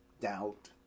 doubt